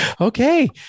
Okay